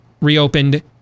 reopened